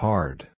Hard